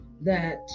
that